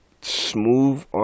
smooth